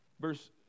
verse